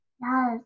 Yes